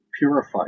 purified